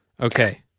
Okay